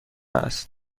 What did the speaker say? است